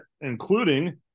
including